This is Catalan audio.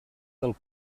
del